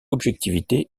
objectivité